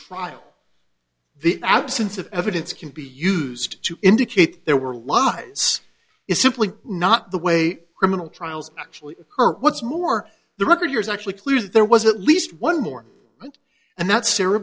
trial the absence of evidence can be used to indicate there were lies is simply not the way criminal trials actually occur what's more the record years actually clearly there was at least one more and that sarah